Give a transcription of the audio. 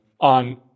on